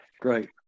Great